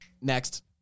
Next